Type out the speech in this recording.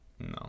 No